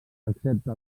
excepte